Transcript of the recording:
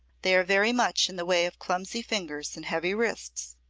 they are very much in the way of clumsy fingers and heavy wrists.